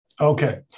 Okay